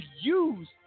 use